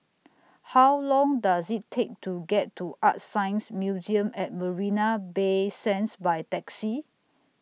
How Long Does IT Take to get to ArtScience Museum At Marina Bay Sands By Taxi